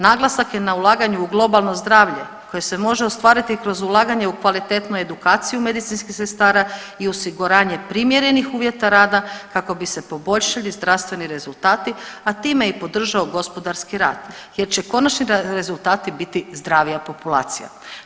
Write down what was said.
Naglasak je na ulaganje u globalno zdravlje koje se može ostvariti kroz ulaganje u kvalitetnu edukaciju medicinskih sestara i osiguranje primjerenih uvjeta rada kako bi se poboljšali zdravstveni rezultati, a time i podržao gospodarski rast jer će konačni rezultati biti zdravija populacija.